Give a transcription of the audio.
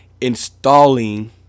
installing